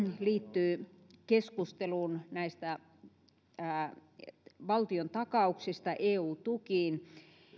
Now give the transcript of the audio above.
liittyy keskusteluun valtiontakauksista eu tukiin